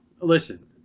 Listen